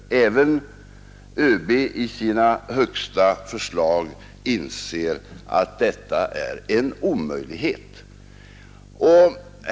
Även i sina längst gående förslag inser ÖB att detta är en omöjlighet.